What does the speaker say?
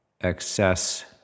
Excess